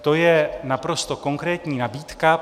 To je naprosto konkrétní nabídka.